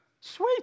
sweet